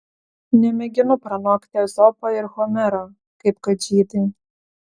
nemėginu pranokti ezopo ir homero kaip kad žydai